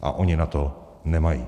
A ona na to nemají.